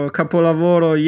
capolavoro